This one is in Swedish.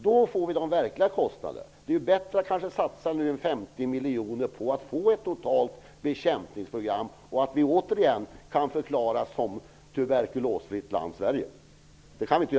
Då skulle de verkliga kostnaderna uppstå. Det är bättre att satsa 50 miljoner på ett totalt bekämpningsprogram, så att Sverige återigen kan förklaras vara ett tuberkulosfritt land -- det är inte